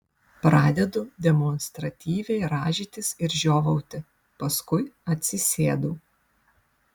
pradedu demonstratyviai rąžytis ir žiovauti paskui atsisėdu